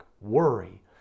worry